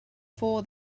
four